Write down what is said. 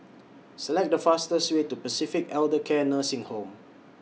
Select The fastest Way to Pacific Elder Care Nursing Home